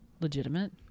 legitimate